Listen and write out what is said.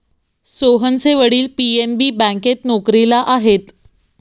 सोहनचे वडील पी.एन.बी बँकेत नोकरीला आहेत